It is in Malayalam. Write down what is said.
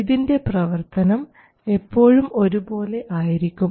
ഇതിൻറെ പ്രവർത്തനം എപ്പോഴും ഒരുപോലെ ആയിരിക്കും